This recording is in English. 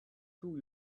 two